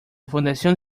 fundación